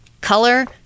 color